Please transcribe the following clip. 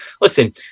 listen